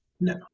No